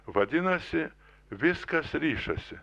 vadinasi viskas rišasi